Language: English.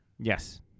Yes